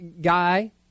guy